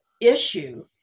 issue